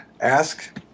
ask